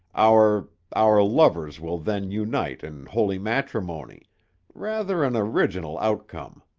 our our lovers will then unite in holy matrimony rather an original outcome.